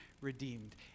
redeemed